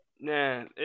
Man